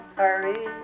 hurry